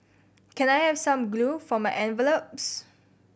can I have some glue for my envelopes